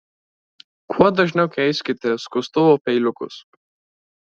kuo dažniau keiskite skustuvo peiliukus